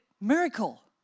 miracle